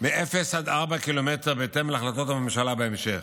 מ-0 עד 4 קילומטר בהתאם להחלטות הממשלה בהמשך,